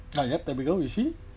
now you up there we go you see